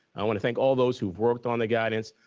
i want to thank all those who have worked on the guidance.